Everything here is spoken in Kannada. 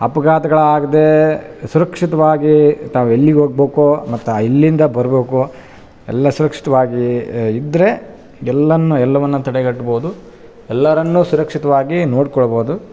ಅಪಘಾತ್ಗಳಾಗದೇ ಸುರಕ್ಷಿತವಾಗಿ ತಾವು ಎಲ್ಲಿಗೆ ಹೋಗ್ಬೇಕೊ ಮತ್ತು ಎಲ್ಲಿಂದ ಬರಬೇಕೊ ಎಲ್ಲ ಸುರಕ್ಷಿತವಾಗಿ ಇದ್ರೇ ಎಲ್ಲಾ ಎಲ್ಲವನ್ನು ತಡೆಗಟ್ಬೊದು ಎಲ್ಲರನ್ನು ಸುರಕ್ಷಿತ್ವಾಗಿ ನೋಡಿಕೊಳ್ಬೊದು